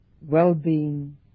well-being